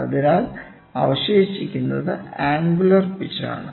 അതിനാൽ അവശേഷിക്കുന്നത് angular pitch ആണ്